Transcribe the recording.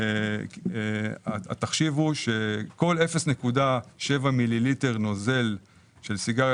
התחשיב הוא שכל 0.7 מיליליטר נוזל של סיגריה